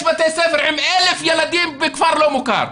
יש בתי ספר עם 1,000 ילדים בכפר לא מוכר.